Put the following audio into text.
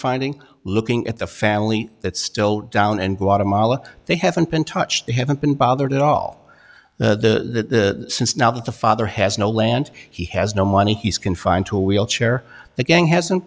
finding looking at the family that still down and guatemala they haven't been touched they haven't been bothered all the since now that the father has no land he has no money he's confined to a wheelchair the gang hasn't